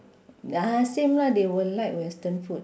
ah same lah they will like western food